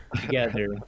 together